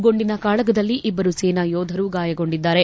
ಗುಂಡಿನ ಕಾಳಗದಲ್ಲಿ ಇಬ್ಬರು ಸೇನಾ ಯೋಧರು ಗಾಯಗೊಂಡಿದ್ದಾರೆ